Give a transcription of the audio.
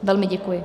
Velmi děkuji.